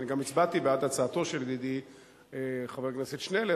גם הצבעתי בעד הצעתו של ידידי חבר הכנסת שנלר,